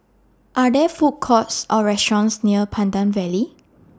Are There Food Courts Or restaurants near Pandan Valley